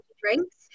drinks